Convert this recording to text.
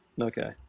okay